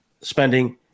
spending